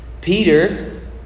Peter